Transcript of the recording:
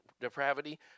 Depravity